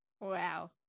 Wow